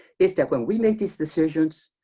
is that when we make these decisions,